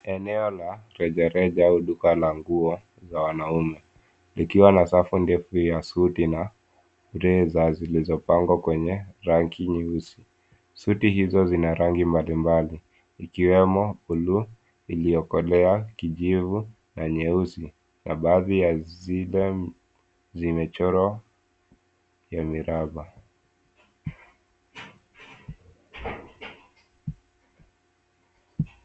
Eneo la rejareja au duka la nguo za wanaume likiwa na safu ndefu ya suti na blazer zilizopangwa kwenye rangi nyeusi. Suti hizo zina rangi mbalimbali ikiwemo bluu iliyokolea, kijivu na nyeusi na baadhi ya zile zimechorwa ya miraba.